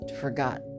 forgot